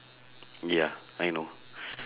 ya I know